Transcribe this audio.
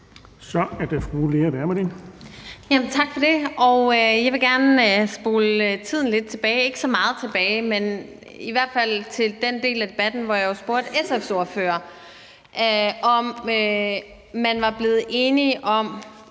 Kl. 19:36 Lea Wermelin (S): Tak for det. Jeg vil gerne spole tiden lidt tilbage, ikke så meget tilbage, men i hvert fald til den del af debatten, hvor jeg jo spurgte SF's ordfører, om man var blevet enig om